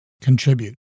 contribute